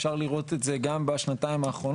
אפשר לראות את זה גם בשנתיים האחרונות.